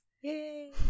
Yay